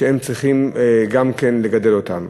שהם צריכים גם כן לגדל אותם.